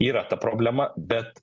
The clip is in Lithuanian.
yra ta problema bet